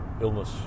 illness